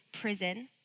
prison